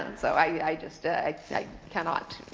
and so i just ah like like cannot.